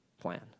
plan